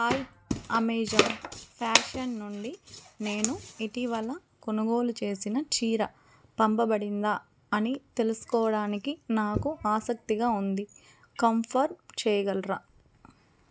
hi Amazon fashion నుండి నేను ఇటీవలకొనుగోలు చేసిన చీర పంపబడిందా అని తెలుసుకోవడానికి నాకు ఆసక్తిగా ఉంది కంఫర్మ్ చేయగలరా